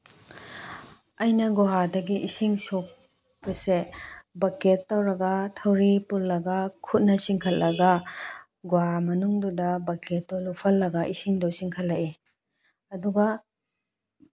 ꯑꯩꯅ ꯒꯨꯍꯥꯗꯒꯤ ꯏꯁꯤꯡ ꯁꯣꯛꯄꯁꯦ ꯕꯛꯀꯦꯠ ꯇꯧꯔꯒ ꯊꯧꯔꯤ ꯄꯨꯜꯂꯒ ꯈꯨꯠꯅ ꯆꯤꯡꯈꯠꯂꯒ ꯒꯨꯍꯥ ꯃꯅꯨꯡꯗꯨꯗ ꯕꯛꯀꯦꯠꯇꯨ ꯂꯨꯞꯍꯜꯂꯒ ꯏꯁꯤꯡꯗꯣ ꯆꯤꯡꯈꯠꯂꯛꯏ ꯑꯗꯨꯒ